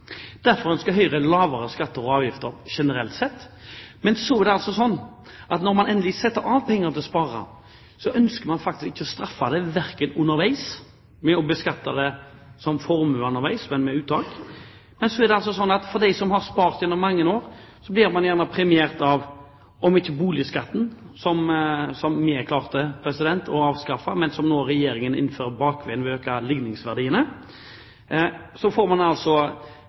Derfor ønsker Høyre lavere skatter og avgifter generelt sett, men så er det altså slik at når man endelig setter av penger til sparing, ønsker man faktisk ikke å straffe det ved å beskatte det som formue underveis, men med uttak. Men de som har spart gjennom mange år, blir gjerne premiert, ikke av boligskatten som vi klarte å avskaffe, men som Regjeringen nå innfører bakveien ved å øke likningsverdiene. Man får økt formue knyttet til det å bo, man